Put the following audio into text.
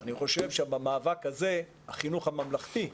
אני חושב שבמאבק הזה החינוך הממלכתי מפסיד.